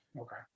Okay